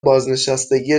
بازنشستگی